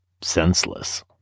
senseless